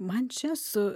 man čia su